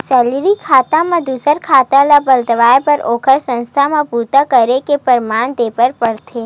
salary खाता म दूसर खाता ल बदलवाए बर ओला संस्था म बूता करे के परमान देबर परथे